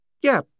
Yeah